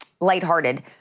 lighthearted